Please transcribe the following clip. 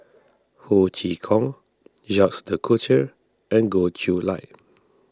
Ho Chee Kong Jacques De Coutre and Goh Chiew Lye